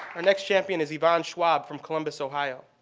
our next champion is yvonne schwab from columbus, ohio.